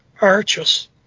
arches